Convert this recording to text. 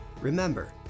Remember